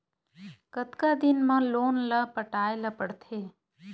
कतका दिन मा लोन ला पटाय ला पढ़ते?